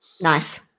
Nice